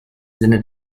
sinne